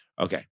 Okay